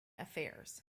affairs